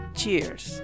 cheers